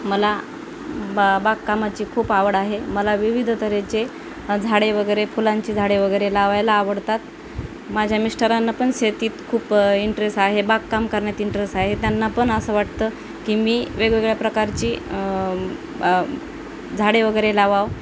मला बा बागकामाची खूप आवड आहे मला विविध तऱ्हेचे झाडे वगैरे फुलांची झाडे वगैरे लावायला आवडतात माझ्या मिस्टरांना पण शेतीत खूप इंटरेस आहे बागकाम करण्यात इंटरेस आहे त्यांना पण असं वाटतं की मी वेगवेगळ्या प्रकारची झाडे वगैरे लावावं